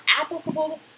applicable